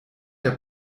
der